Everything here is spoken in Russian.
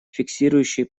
фиксирующие